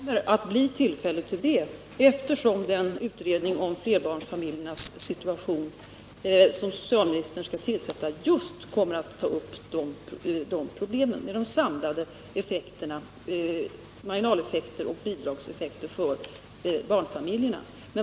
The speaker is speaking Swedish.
Herr talman! Det kommer att bli tillfälle till en sådan debatt, eftersom den utredning om flerbarnsfamiljernas situation som socialministern skall tillsätta kommer att ta upp just problemen med den samlade verkan för barnfamiljerna av marginaleffekter och bidragseffekter.